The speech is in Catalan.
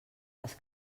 les